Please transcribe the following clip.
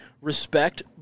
respect